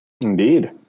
indeed